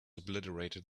obliterated